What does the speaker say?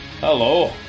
Hello